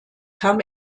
kam